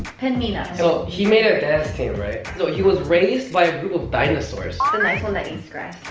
pen mina! so, he made a dance team right? so, he was raised by a group of dinosaurs. the nice one that eats grass.